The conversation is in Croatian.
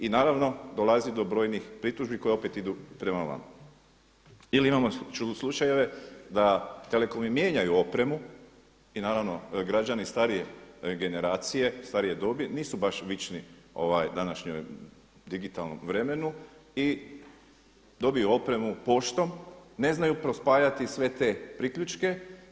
I naravno dolazi do brojnih pritužbi koje opet idu prema … Ili imamo slučajeve da telekomi mijenjaju opremu i naravno građani starije generacije, starije dobi nisu baš vični današnjem digitalnom vremenu i dobiju opremu poštom, ne znaju prespajati sve te priključke.